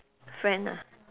friend ah